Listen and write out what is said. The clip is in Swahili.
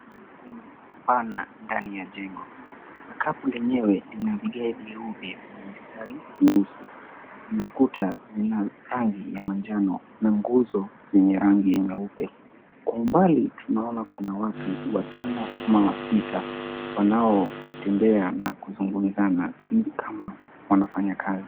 Ni ukumbi mpana ndani ya jengo. Sakafu lenyewe lina vigae vyeupe yenye mistari nyeusi na kuta zina rangi ya manjano na nguzo zenye rangi nyeupe. Kwa umbali tunaona kuna watu watano ama wasita wanaotembea na kuzungumza na mtu ni kama wanafanya kazi.